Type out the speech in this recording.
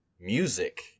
music